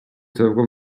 طبق